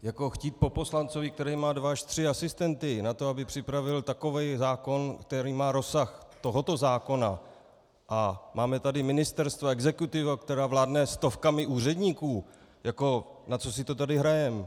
Jako chtít po poslanci, který má dva až tři asistenty na to, aby připravil takový zákon, který má rozsah tohoto zákona, a máme tady ministerstva, exekutivu, která vládne stovkami úředníků jako na co si to tady hrajeme?